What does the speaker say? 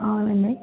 అవునండి